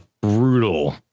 brutal